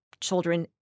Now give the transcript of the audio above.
children